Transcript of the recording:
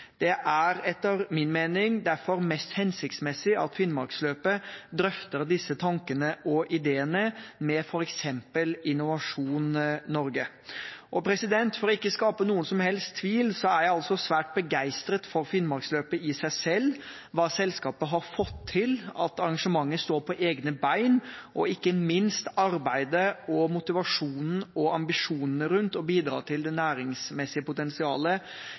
Det er etter min mening derfor mest hensiktsmessig at Finnmarksløpet drøfter disse tankene og ideene med f.eks. Innovasjon Norge. For ikke å skape noen som helst tvil, er jeg altså svært begeistret for Finnmarksløpet i seg selv, hva selskapet har fått til, at arrangementet står på egne bein, og ikke minst arbeidet, motivasjonen og ambisjonene rundt å bidra til det næringsmessige potensialet.